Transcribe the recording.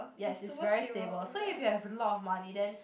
yes it's very stable so if you have a lot of money then